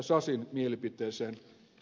sasin mielipiteeseen